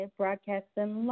broadcasting